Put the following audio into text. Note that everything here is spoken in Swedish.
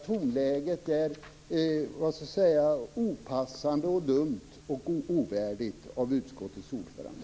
Tonläget är opassande, dumt och ovärdigt utskottets ordförande.